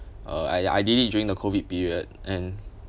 uh I I did it during the COVID period and